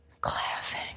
classic